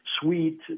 sweet